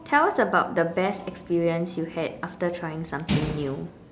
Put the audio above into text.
tell us about the best experience you had after trying something new